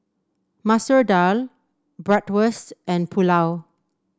Masoor Dal Bratwurst and Pulao